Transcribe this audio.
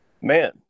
man